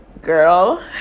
girl